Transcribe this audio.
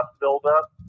build-up